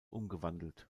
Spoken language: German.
umgewandelt